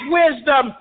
wisdom